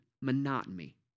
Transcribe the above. monotony